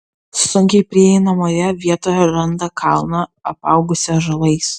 sunkiai prieinamoje vietoje randa kalną apaugusį ąžuolais